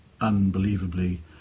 unbelievably